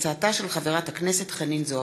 תודה.